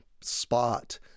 spot